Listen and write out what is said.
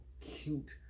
cute